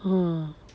!huh!